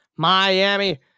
Miami